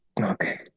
okay